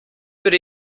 würde